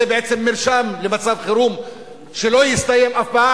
זה בעצם מרשם למצב חירום שלא יסתיים אף פעם,